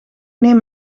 neem